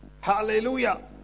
hallelujah